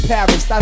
Paris